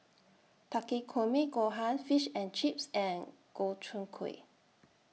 Takikomi Gohan Fish and Chips and Gobchang Gui